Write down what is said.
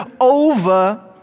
over